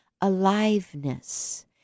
aliveness